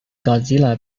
godzilla